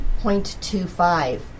0.25